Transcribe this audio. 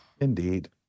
Indeed